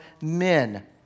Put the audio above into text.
men